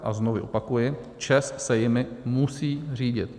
A znovu opakuji, ČEZ se jimi musí řídit.